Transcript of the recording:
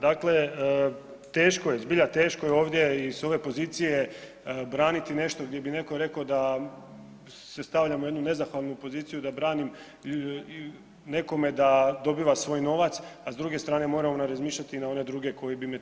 Dakle, teško je, zbilja teško je ovdje i s ove pozicije braniti nešto gdje bi netko rekao da se stavljam u jednu nezahvalnu poziciju, da branim nekome da dobiva svoj novac a s druge strane moramo razmišljati na one druge koji bi time bili oštećeni.